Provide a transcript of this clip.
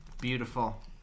Beautiful